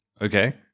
Okay